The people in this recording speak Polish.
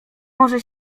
może